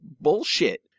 bullshit